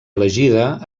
elegida